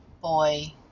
boy